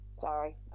Sorry